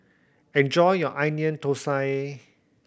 enjoy your Onion Thosai